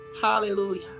Hallelujah